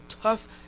tough –